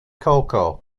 coco